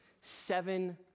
seven